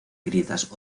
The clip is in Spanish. grietas